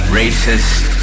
racist